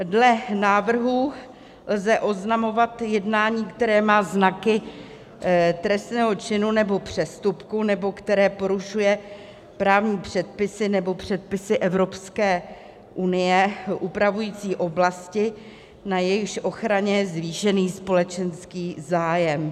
Dle návrhu lze oznamovat jednání, které má znaky trestného činu nebo přestupku nebo které porušuje právní předpisy nebo předpisy Evropské unie upravující oblasti, na jejichž ochraně je zvýšený společenský zájem.